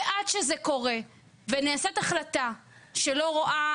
ועד שזה קורה ונעשית החלטה שלא רואה,